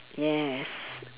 yes